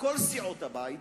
כל סיעות הבית,